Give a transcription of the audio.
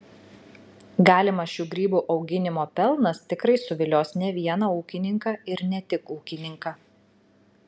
galimas šių grybų auginimo pelnas tikrai suvilios ne vieną ūkininką ir ne tik ūkininką